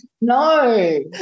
No